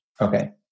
Okay